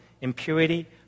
impurity